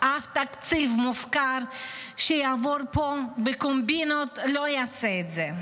אף תקציב מופקר שיעבור פה בקומבינות לא יעשה את זה.